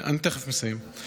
אני תכף מסיים,